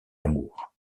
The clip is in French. amour